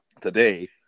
today